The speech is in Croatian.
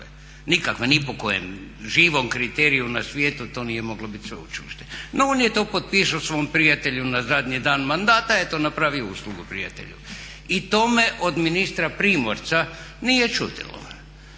nikakve, ni po kojem živom kriteriju na svijetu to nije moglo biti sveučilište. No on je to potpisao svom prijatelju na zadnji dan mandata, eto napravio je uslugu prijatelju. I to me od ministra Primorca nije čudilo,